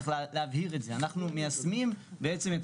אנחנו חוששים ש-90 מיליון השקלים האלה,